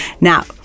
Now